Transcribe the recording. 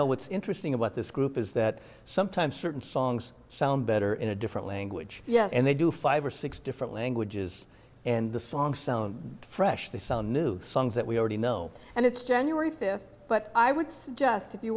know what's interesting about this group is that sometimes certain songs sound better in a different language yes and they do five or six different languages and the songs sound fresh they sell new songs that we already know and it's january th but i would suggest if you